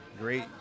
great